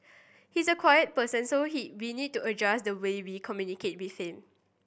he's a quiet person so he we need to adjust the way we communicate with him